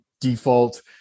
default